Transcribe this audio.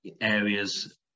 areas